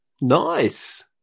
Nice